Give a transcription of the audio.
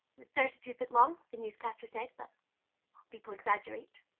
was thirty three foot long the newscaster said, but people exaggerate,